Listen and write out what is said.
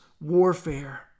warfare